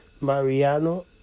Mariano